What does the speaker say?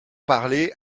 parlé